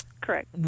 Correct